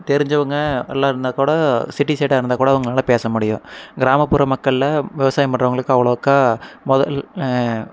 தெரிஞ்சவங்க எல்லாம் இருந்தாக்கூட சிட்டி சைடாக இருந்தாக்கூட அவங்களால பேச முடியும் கிராமப்புற மக்கள்ல விவசாயம் பண்ணுறவங்களுக்கு அவ்ளோக்கா முதல்